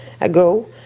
ago